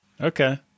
Okay